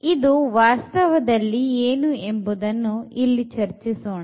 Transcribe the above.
ಇದು ವಾಸ್ತವದಲ್ಲಿ ಏನು ಎಂಬುದನ್ನು ಇಲ್ಲಿ ಚರ್ಚಿಸೋಣ